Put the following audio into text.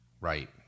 Right